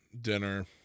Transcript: dinner